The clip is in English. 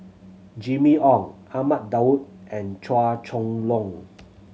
Jimmy Ong Ahmad Daud and Chua Chong Long